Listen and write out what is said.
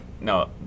No